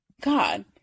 God